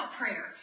prayer